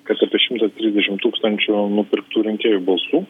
kad ir tie šimtas trisdešim tūkstančių nupirktų rinkėjų balsų